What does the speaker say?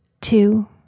two